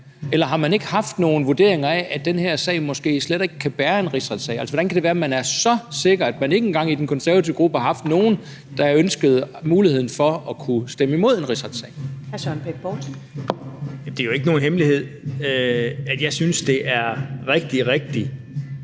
Eller har man ikke haft nogen vurderinger af, at den her sag måske slet ikke kan bære en rigsretssag? Hvordan kan det være, at man er så sikker på, at man i den konservative gruppe ikke engang har haft nogen, der ønskede muligheden for at kunne stemme imod en rigsretssag? Kl. 15:22 Første næstformand (Karen Ellemann): Hr.